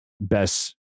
best